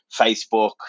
Facebook